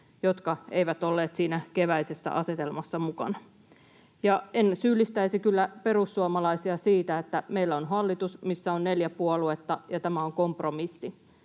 jotka eivät olleet siinä keväisessä asetelmassa mukana. En kyllä syyllistäisi perussuomalaisia siitä. Meillä on hallitus, missä on neljä puoluetta, ja tämä on kompromissi.